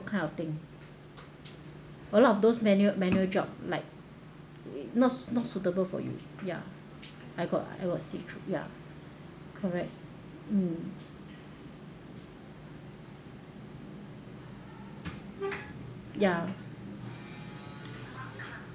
kind of thing a lot of those manual manual job like not not suitable for you ya I got I got see tr~ ya correct ya